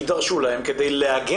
שנותרו מחוץ לכלא יידרשו להם כדי להגן